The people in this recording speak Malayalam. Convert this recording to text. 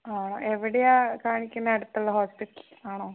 ആ എവിടെയാണ് കാണിക്കുന്നത് അടുത്തുള്ള ഹോസ്പിറ്റലിൽ ആണോ